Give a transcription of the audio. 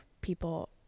people